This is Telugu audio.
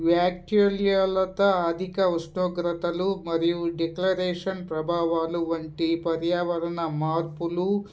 వ్యాకులత అధిక ఉష్ణోగ్రతలు మరియు డిక్లరేషన్ ప్రభావాలు వంటి పర్యావరణ మార్పులు